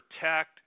Protect